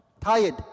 tired